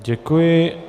Děkuji.